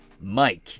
Mike